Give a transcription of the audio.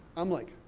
i'm like,